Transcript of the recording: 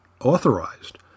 authorized